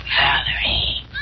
Valerie